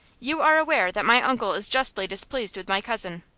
you are aware that my uncle is justly displeased with my cousin?